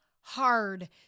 hard